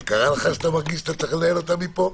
קרה לך שאתה מרגיש שאתה צריך לנהל אותם מפה?